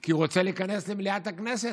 כי הוא רוצה להיכנס למליאת הכנסת,